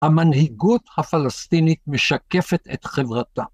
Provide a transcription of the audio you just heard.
המנהיגות הפלסטינית משקפת את חברתה.